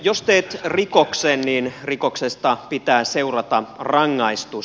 jos teet rikoksen niin rikoksesta pitää seurata rangaistus